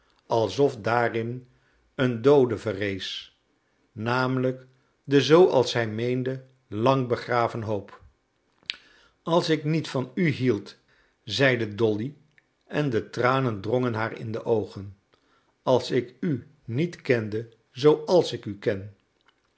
alsof daarin een doode verrees namelijk de zooals hij meende lang begraven hoop als ik niet van u hield zeide dolly en de tranen drongen haar in de oogen als ik u niet kende zooals ik u ken